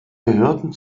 gehörten